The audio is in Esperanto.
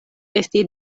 esti